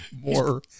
more